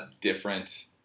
different